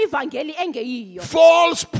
False